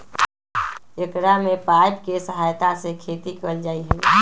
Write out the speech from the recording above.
एकरा में पाइप के सहायता से खेती कइल जाहई